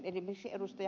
hautala vasemmiston